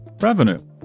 revenue